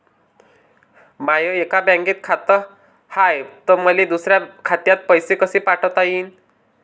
माय एका बँकेत खात हाय, त मले दुसऱ्या खात्यात पैसे कसे पाठवता येईन?